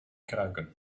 kruiken